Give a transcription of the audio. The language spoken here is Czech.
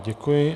Děkuji.